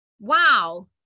Wow